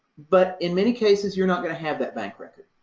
but in many cases, you're not going to have that bank record.